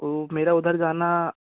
तो मेरा उधर जाना